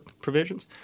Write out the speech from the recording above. provisions